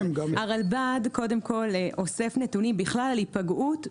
הרלב"ד קודם כל אוסף נתונים בכלל על היפגעות,